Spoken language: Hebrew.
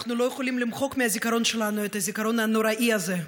אנחנו לא יכולים למחוק מהזיכרון שלנו את הזיכרון הנוראי הזה,